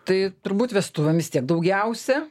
tai turbūt vestuvėm vis tiek daugiausia